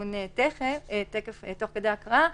תיכף נדון בו תוך כדי הקראה.